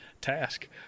Task